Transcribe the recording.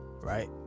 right